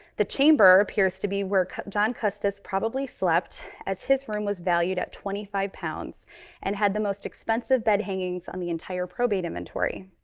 the chamber appears to be where john custis probably slept as his room was valued at twenty five pounds and had the most expensive bed hangings on the entire probate inventory.